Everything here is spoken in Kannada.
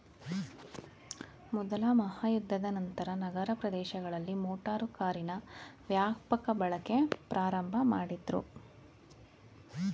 ಮೊದ್ಲ ಮಹಾಯುದ್ಧದ ನಂತ್ರ ನಗರ ಪ್ರದೇಶಗಳಲ್ಲಿ ಮೋಟಾರು ಕಾರಿನ ವ್ಯಾಪಕ ಬಳಕೆ ಪ್ರಾರಂಭಮಾಡುದ್ರು